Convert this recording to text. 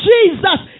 Jesus